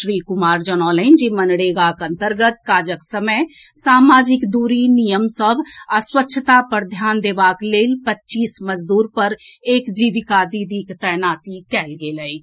श्री कुमार जनौलनि जे मनरेगाक अन्तर्गत काजक समय सामाजिक दूरीक नियम सभ आ स्वच्छता पर ध्यान देबाक लेल पच्चीस मजदूर पर एक जीविका दीदीक तैनाती कएल गेल अछि